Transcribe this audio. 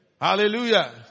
Hallelujah